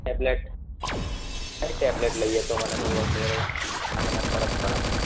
tablet કઈ tablet લઈએ તો મને થોડું આમ બરાબર મને ફરક પડે આમ થોડું